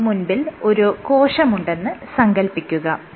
നിങ്ങൾക്ക് മുൻപിൽ ഒരു കോശമുണ്ടെന്ന് സങ്കൽപ്പിക്കുക